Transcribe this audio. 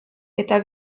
eta